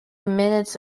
minutes